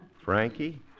Frankie